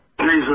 Jesus